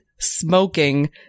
Smoking